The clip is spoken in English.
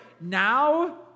now